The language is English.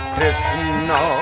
Krishna